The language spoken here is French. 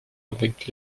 avec